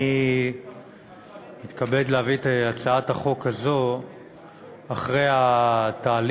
אני מתכבד להביא את הצעת החוק הזאת אחרי התהליך